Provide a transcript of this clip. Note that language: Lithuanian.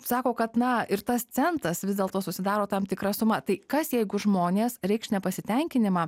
sako kad na ir tas centas vis dėlto susidaro tam tikra suma tai kas jeigu žmonės reikš nepasitenkinimą